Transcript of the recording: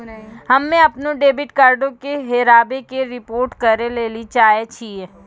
हम्मे अपनो डेबिट कार्डो के हेराबै के रिपोर्ट करै लेली चाहै छियै